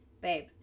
babe